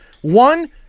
one